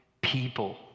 people